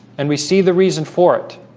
and we see the reason for it